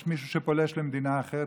יש מישהו שפולש למדינה אחרת,